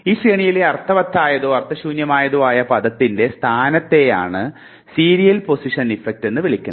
ഈ ശ്രേണിയിലെ അർത്ഥവത്തായതോ അർത്ഥശൂന്യമായതോ ആയ പദത്തിൻറെ സ്ഥാനത്തെയാണ് സീരിയൽ പൊസിഷൻ ഇഫക്റ്റ് എന്ന് വിളിക്കുന്നത്